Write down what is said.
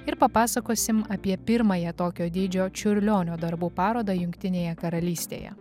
ir papasakosim apie pirmąją tokio dydžio čiurlionio darbų parodą jungtinėje karalystėje